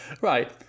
Right